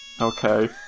Okay